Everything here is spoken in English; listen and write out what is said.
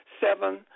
seven